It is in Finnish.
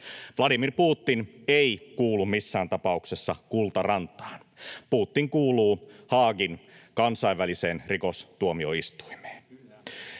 Vladimir Putin ei kuulu missään tapauksessa Kultarantaan, Putin kuuluu Haagin kansainväliseen rikostuomioistuimeen.